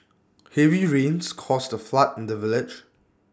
heavy rains caused A flood in the village